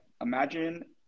imagine